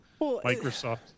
Microsoft